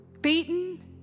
beaten